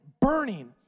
burning